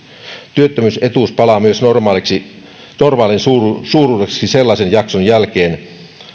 työttömyysetuus palaa myös normaalin normaalin suuruiseksi sellaisen jakson jälkeen